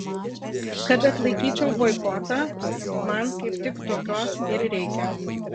kad atlaikyčiau boikotą man kaip tik tokios ir reikia